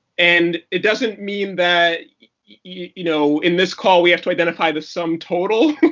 and it doesn't mean that you know in this call we have to identify the sum total.